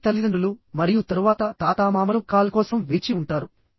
ఆపై తల్లిదండ్రులు మరియు తరువాత తాతామామలు కాల్ కోసం వేచి ఉంటారు